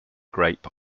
grape